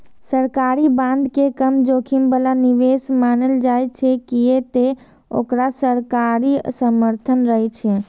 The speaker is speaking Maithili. सरकारी बांड के कम जोखिम बला निवेश मानल जाइ छै, कियै ते ओकरा सरकारी समर्थन रहै छै